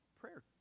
prayer